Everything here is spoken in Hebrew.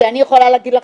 שאני יכולה להגיד לכם,